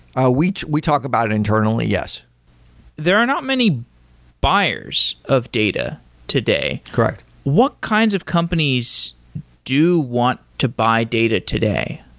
ah we we talk about it internally. yes there are not many buyers of data today. correct what kinds of companies do want to buy data today?